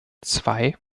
zwei